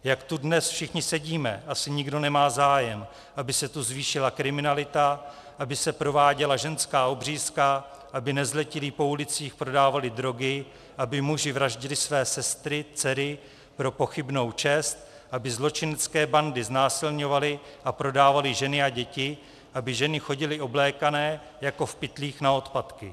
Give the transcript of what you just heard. Jak tu dnes všichni sedíme, asi nikdo nemá zájem, aby se tu zvýšila kriminalita, aby se prováděla ženská obřízka, aby nezletilí po ulicích prodávali drogy, aby muži vraždili své sestry, dcery pro pochybnou čest, aby zločinecké bandy znásilňovaly a prodávaly ženy a děti, aby ženy chodily oblékané jako v pytlích na odpadky.